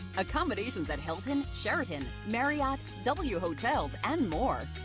accommodations at hilton, sheraton, marriott, w hotels and more.